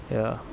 ya